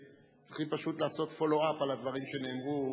צריכים פשוט לעשות follow-up על הדברים שנאמרו.